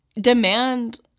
demand